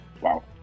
Wow